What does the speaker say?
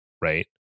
right